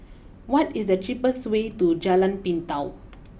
what is the cheapest way to Jalan Pintau